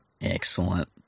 Excellent